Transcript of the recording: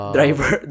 Driver